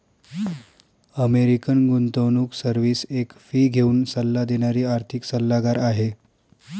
American गुंतवणूक service एक fee घेऊन सल्ला देणारी आर्थिक सल्लागार आहे